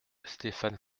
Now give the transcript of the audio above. stéphane